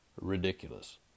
ridiculous